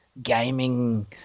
gaming